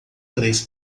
três